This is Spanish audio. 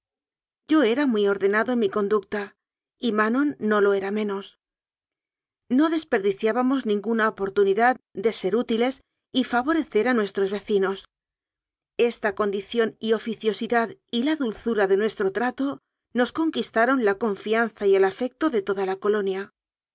era muy ordenado en mi conducta y manon no lo era menos no desperdiciábamos ninguna oportu nidad de ser útiles y favorecer a nuestros vecinos esta condición y oficiosidad y la dulzura de nuestro trato nos conquistaron la confianza y el afecto de toda la colonia